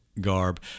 garb